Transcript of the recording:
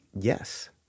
Yes